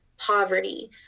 poverty